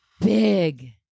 big